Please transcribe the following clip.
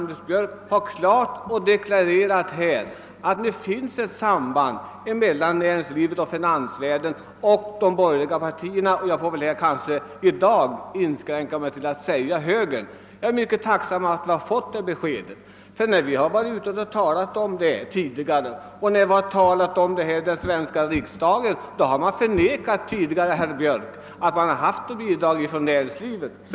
Därför är jag tacksam för att herr Björck klart redovisat att det finns ett samband mellan näringslivet och finansvärlden och de borgerliga partierna — jag får väl i dag inskränka mig till att säga högern. Tidigare när frågan diskuterats har man — och även här i riksdagen — förnekat att bidrag förekommer från näringslivet.